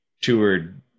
toured